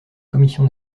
commission